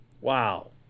Wow